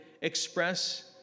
express